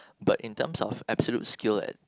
but in terms of absolute skill at